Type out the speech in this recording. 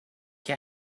que